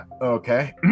Okay